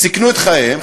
סיכנו את חייהם,